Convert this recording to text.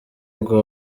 ngo